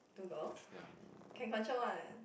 ya